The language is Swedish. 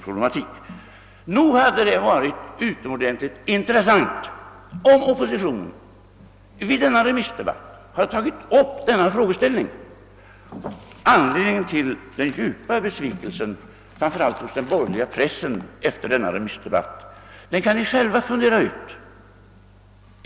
Nog hade det varit utomordentligt intressant, om oppositionen i remissdebatten hade tagit upp denna frågeställning. Anledningen till den djupa besvikelsen efter remissdebatten, framför allt hos den borgerliga pressen, kan ni själva fundera ut.